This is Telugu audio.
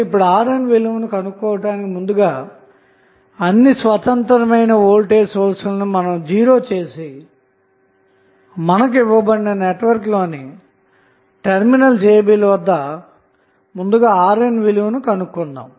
ఇప్పుడు RNవిలువను కనుగొనేందుకు ముందుగా అన్ని స్వతంత్రమైన వోల్టేజ్ సోర్స్ లను 0 చేసి ఇవ్వబడిన నెట్వర్క్ లోని టెర్మినల్స్ ab వద్ద RN విలువను కనుగొందాము